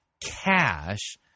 cash